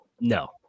No